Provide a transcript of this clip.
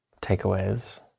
takeaways